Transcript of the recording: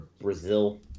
brazil